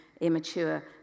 immature